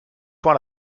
par